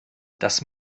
das